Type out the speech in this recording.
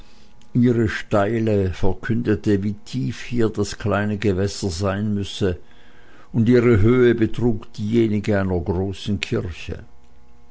ihre steile verkündete wie tief hier das kleine gewässer sein müsse und ihre höhe betrug diejenige einer großen kirche